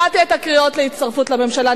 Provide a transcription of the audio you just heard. שמעתי את הקריאות להצטרפות לממשלה,